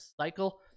cycle